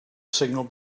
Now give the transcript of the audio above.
signal